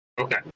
Okay